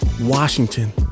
Washington